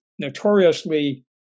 notoriously